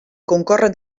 concorren